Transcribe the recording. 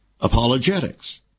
Apologetics